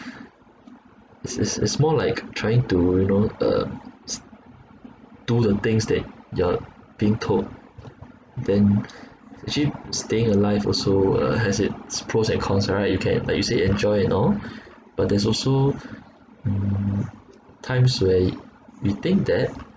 it's it's it's more like trying to you know uh s~ do the things that you're being told then actually staying alive also uh has its pros and cons right you can like you say enjoy and all but there's also mm times where we think that